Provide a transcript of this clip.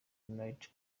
unity